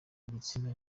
igitsina